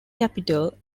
capital